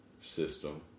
system